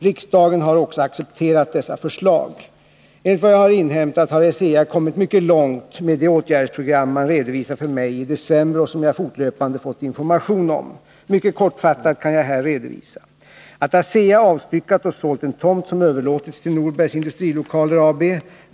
Riksdagen har också accepterat dessa förslag. Enligt vad jag inhämtat har ASEA kommit mycket långt med det åtgärdsprogram man redovisade för mig i december och som jag fortlöpande fått information om. Mycket kortfattat kan jag här redovisa att ASEA avstyckat och sålt en tomt, som överlåtits till Norbergs Industrilokaler AB.